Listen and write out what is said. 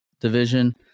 division